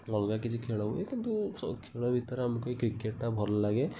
ଅଲଗା କିଛି ଖେଳ ହୁଏ କିନ୍ତୁ ସବୁ ଖେଳ ଭିତରେ ଆମକୁ ଏ କ୍ରିକେଟ୍ ଟା ଭଲଲାଗେ